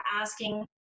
asking